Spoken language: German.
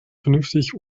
vernünftig